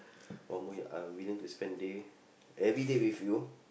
one more year I would willing to spend day every day with you